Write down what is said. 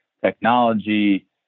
technology